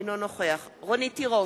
אינו נוכח רונית תירוש,